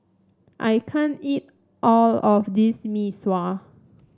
I can't eat all of this Mee Sua